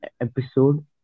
episode